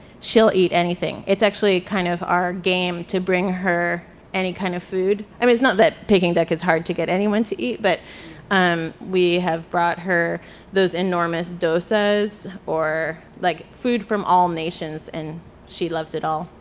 she'll eat anything. it's actually kind of our game to bring her any kind of food. i mean it's not that peking duck is hard to get anyone to eat, but um we have brought her those enormous dosas or like food from all nations and she loves it all.